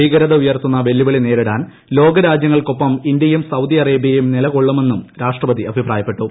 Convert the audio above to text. ഭീകരത ഉയർത്തുന്ന വെല്ലുവിളി നേരിടാൻ ലോക രാജ്യങ്ങൾക്കൊപ്പം ഇന്ത്യയും സൌദി അറേബ്യയും നിലകൊള്ളുമെന്നും രാഷ്ട്രപതി അഭിപ്രായപ്പെട്ടു